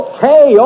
Okay